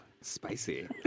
spicy